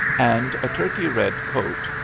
and a turkey-red coat,